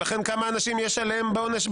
ולכן כמה יש אנשים יש עליהם בעונש.